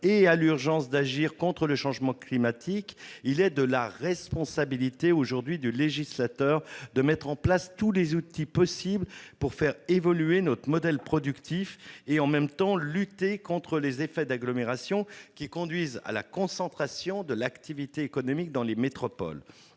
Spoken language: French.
et à l'urgence d'agir contre le changement climatique, il est de la responsabilité du législateur de mettre en place tous les outils possibles pour faire évoluer notre modèle productif et, en même temps, lutter contre les effets d'agglomération, qui conduisent à la concentration de l'activité économique dans les métropoles.